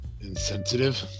insensitive